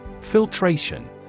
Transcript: Filtration